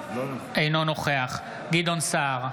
אינו נוכח גדעון סער,